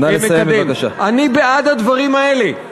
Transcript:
אני בעד הדברים האלה,